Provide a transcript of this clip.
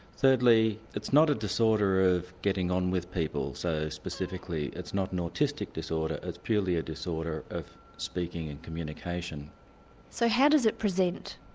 thirdly, it's not a disorder of getting on with people, so specifically it's not an autistic disorder, it's purely a disorder of speaking and communicationheather stewart so how does it present?